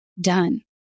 done